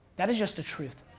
that is just the truth.